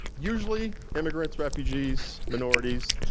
usually, immigrants, refugees, minorities,